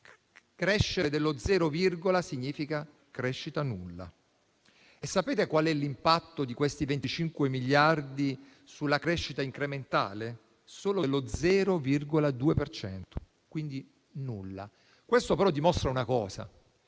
Crescere dello zero virgola significa infatti crescita nulla. Sapete qual è l'impatto di questi 25 miliardi sulla crescita incrementale? Solo dello 0,2 per cento, quindi nulla. Questo però dimostra una cosa: